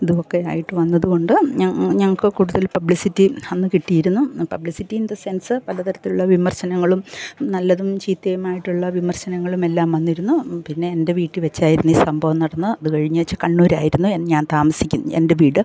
ഇതു ഒക്കെ ആയിട്ട് വന്നത് കൊണ്ട് ഞങ്ങൾക്ക് കൂടുതൽ പബ്ലിസിറ്റിയും അന്ന് കിട്ടിയിരുന്നു പബ്ലിസിറ്റി ഇൻ ദ സെൻസ് പല തരത്തിൽ ഉള്ള വിമർശനങ്ങളും നല്ലതും ചീത്തയുമായിട്ടുള്ള വിമർശനങ്ങളുമെല്ലാം വന്നിരുന്നു പിന്നെ എൻ്റെ വീട്ടിൽ വച്ചായിരുന്നു ഈ സംഭവം നടന്ന അത് കഴിഞ്ഞേച്ച് കണ്ണൂരായിരുന്നു ഞാൻ താമസിക്കുന്ന എൻ്റെ വീട്